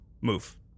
move